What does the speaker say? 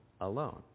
alone